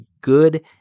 good